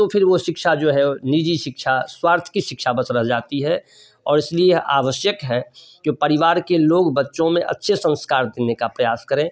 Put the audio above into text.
तो फिर जो शिक्षा जो है निजी शिक्षा स्वार्थ की शिक्षा बस रह जाती है और इसलिए आवश्यक है कि परिवार के लोग बच्चों में अच्छे संस्कार देने का प्रयास करें